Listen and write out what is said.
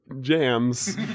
jams